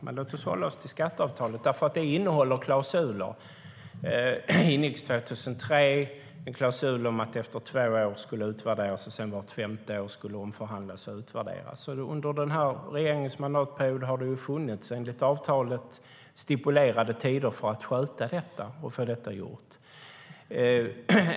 Men låt oss hålla oss till skatteavtalet som ingicks 2003, för det innehåller klausuler. Det finns en klausul om att det efter två år skulle utvärderas och sedan omförhandlas och utvärderas vart femte år. Under regeringens mandatperiod har det funnits enligt avtalet stipulerade tider för att sköta detta och få det gjort.